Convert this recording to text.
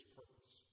purpose